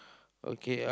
okay